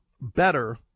better